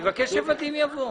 אני מבקש ש-ודים יבוא.